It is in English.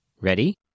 Ready